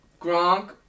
Gronk